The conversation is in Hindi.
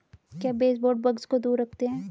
क्या बेसबोर्ड बग्स को दूर रखते हैं?